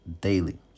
daily